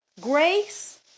grace